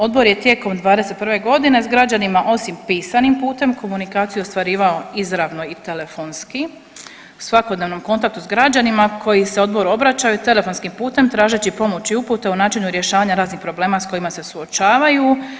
Odbor je tijekom 2021. godine s građanima osim pisanim putem komunikaciju ostvarivao izravno i telefonski u svakodnevnom kontaktu sa građanima koji se odboru obraćaju telefonskim putem tražeći pomoć i upute u načinu rješavanja raznih problema sa kojima se suočavaju.